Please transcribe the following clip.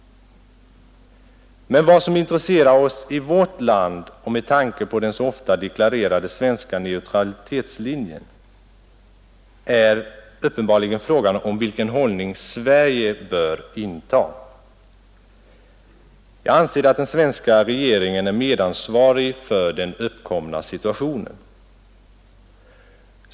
Men vad som intresserar oss i vårt land, med tanke på den så ofta deklarerade svenska neutralitetslinjen, är uppenbarligen frågan om vilken hållning Sverige bör inta. Jag anser att den svenska regeringen är medansvarig för den uppkomna situationen.